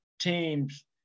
teams